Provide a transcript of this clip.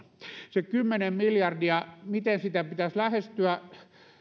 se kymmenen miljardia miten sitä pitäisi lähestyä